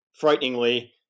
frighteningly